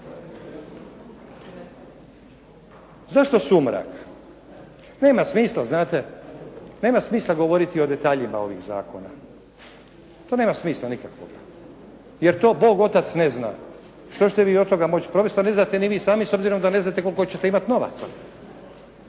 Zašto sumrak? Nema smisla, znate, nema smisla govoriti o detaljima ovih zakona. To nema smisla nikakvoga jer to Bog otac ne zna što ćete vi od toga moći provesti, a ne znate ni vi sami s obzirom da ne znate koliko ćete imati novaca.